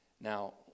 Now